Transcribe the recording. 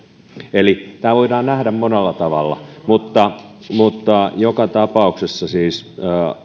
eli tämä voidaan nähdä monella tavalla mutta mutta joka tapauksessa siis